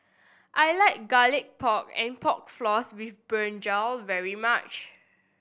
I like Garlic Pork and Pork Floss with brinjal very much